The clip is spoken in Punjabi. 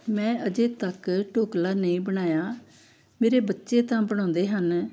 ਮੈਂ ਅਜੇ ਤੱਕ ਢੋਕਲਾ ਨਹੀਂ ਬਣਾਇਆ ਮੇਰੇ ਬੱਚੇ ਤਾਂ ਬਣਾਉਂਦੇ ਹਨ